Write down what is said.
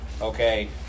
Okay